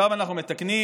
עכשיו אנחנו מתקנים,